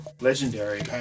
legendary